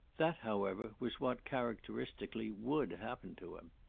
that, however, was what, characteristically, would happen to him.